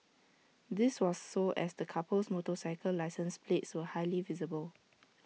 this was so as the couple's motorcycle license plates were highly visible